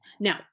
Now